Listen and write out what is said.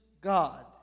God